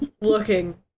looking